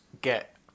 get